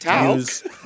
use